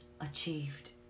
achieved